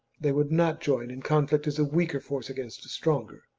they would not join in conflict as a weaker force against a stronger,